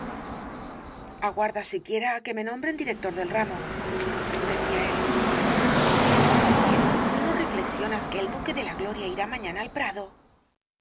aguarda siquiera á que me nombren director del ramo decía él pero no reflexionas que el duque de la gloria irá mañana al prado